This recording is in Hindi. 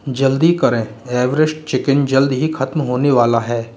जल्दी करें एवेरेस्ट चिकन मसाला जल्द ही खत्म होने वाला है